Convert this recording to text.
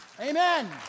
amen